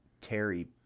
Terry